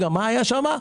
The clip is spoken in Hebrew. מה היה שם?